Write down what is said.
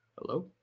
Hello